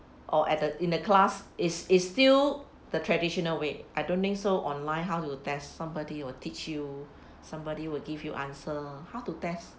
or at the in the class is is still the traditional way I don't think so online how to test somebody will teach you somebody will give you answer how to test